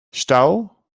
stau